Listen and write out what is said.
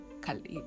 khalid